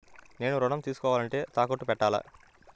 నేను ఋణం తీసుకోవాలంటే తాకట్టు పెట్టాలా?